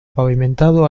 pavimentado